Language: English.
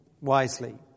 wisely